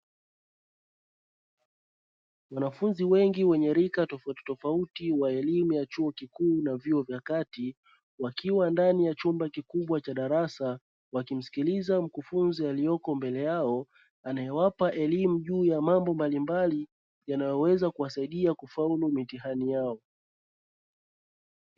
Wanafunzi wengi wenye rika tofauti tofauti wa elimu ya chuo kikuu na vyuo vya kati, wakiwa ndani ya chumba kikubwa cha darasa, wakimsikiliza mkufunzi aliyoko mbele yao, anayewapa elimu juu ya mambo mbalimbali, yanayoweza kuwasaidia kufaulu mitihani yao.